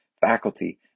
faculty